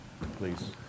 please